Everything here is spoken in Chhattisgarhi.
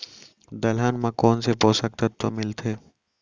दलहन म कोन से पोसक तत्व मिलथे?